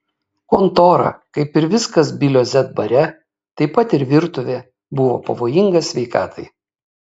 kontora kaip ir viskas bilio z bare taip pat ir virtuvė buvo pavojinga sveikatai